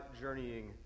journeying